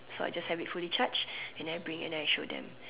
so I just have it fully charged and then bring it then I show them